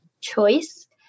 choice